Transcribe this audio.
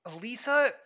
Lisa